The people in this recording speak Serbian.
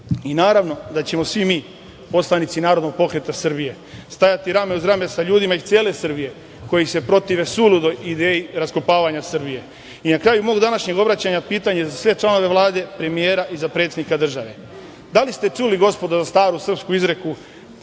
Srbije. Naravno da ćemo svi mi poslanici Narodnog pokreta Srbije stajati rame uz rame sa ljudima iz cele Srbije koji se protive suludoj ideji raskopavanja Srbije. Na kraju mog današnjeg obraćanja pitanje za sve članove Vlade, premijera i za predsednika države – da li ste čuli, gospodo, staru srpsku izreku